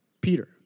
Peter